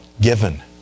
given